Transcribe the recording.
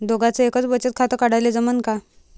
दोघाच एकच बचत खातं काढाले जमनं का?